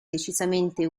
decisamente